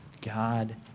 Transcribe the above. God